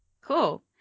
cool